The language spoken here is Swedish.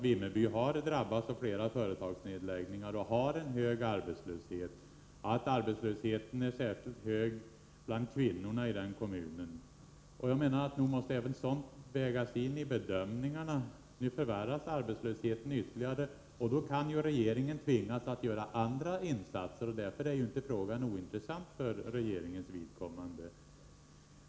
Vimmerby har drabbats av flera företagsnedläggningar och har en hög arbetslöshet, särskilt bland kvinnorna. Nog måste även sådant vägas in i bedömningarna. Nu förvärras arbetslösheten ytterligare. Då kan regeringen tvingas göra andra insatser. Därför är inte frågan ointressant för regeringens vidkommande.